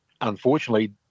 Unfortunately